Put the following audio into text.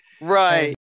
Right